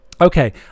Okay